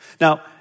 Now